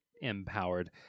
empowered